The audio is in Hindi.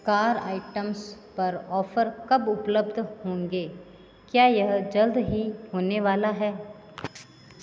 कार आइटम्स पर ऑफर कब उपलब्ध होंगे क्या यह जल्द ही होने वाला है